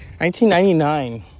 1999